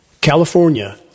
California